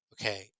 okay